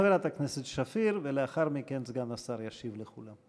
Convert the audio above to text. חברת הכנסת שפיר, ולאחר מכן סגן השר ישיב לכולם.